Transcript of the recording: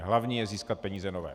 Hlavní je získat peníze nové.